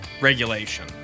regulation